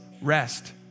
Rest